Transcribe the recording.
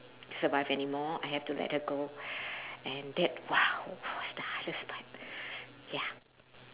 survive anymore I have to let her go and that !wow! that was the hardest part ya